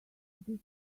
this